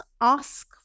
ask